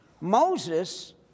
Moses